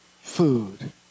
food